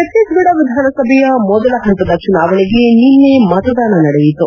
ಛತ್ತೀಸ್ಗಢ ವಿಧಾನಸಭೆಯ ಮೊದಲ ಹಂತದ ಚುನಾವಣೆಗೆ ನಿನ್ನೆ ಮತದಾನ ನಡೆಯಿತು